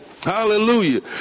hallelujah